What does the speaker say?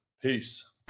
Peace